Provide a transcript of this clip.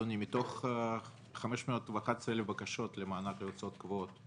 אדוני: מתוך 511,000 בקשות למענק להוצאות קבועות,